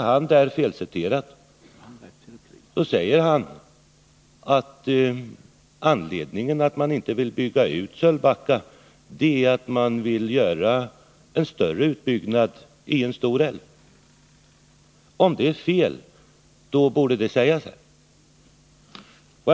Han säger — om han inte är felciterad— att anledningen till att man inte vill bygga ut Sölvbacka är att man vill göra en större utbyggnad i en stor älv. Om det är fel, borde det sägas här.